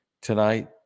Tonight